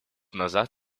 назад